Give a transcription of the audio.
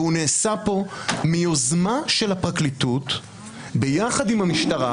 והוא נעשה פה ביוזמה של הפרקליטות ביחד עם המשטרה,